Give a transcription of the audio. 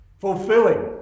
fulfilling